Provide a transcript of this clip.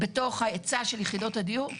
בתוך ההיצע של יחידות הדיור,